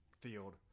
field